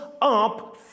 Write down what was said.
up